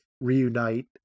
reunite